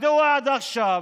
מדוע עד עכשיו